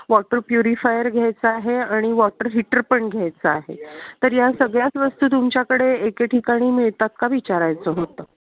water purifier घ्यायचा आहे आणि वॉटर हीटर पण घ्यायचा आहे तर या सगळ्याच वस्तू तुमच्याकडे एके ठिकाणी मिळतात का विचारायचं होतं